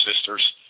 sisters